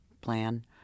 plan